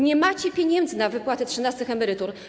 Nie macie pieniędzy na wypłatę trzynastych emerytur.